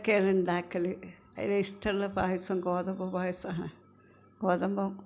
ഇതൊക്കെയാണ് ഉണ്ടാക്കൽ അതിൽ ഇഷ്ടമുള്ള പായസം ഗോതമ്പ് പായസമാണ് ഗോതമ്പ്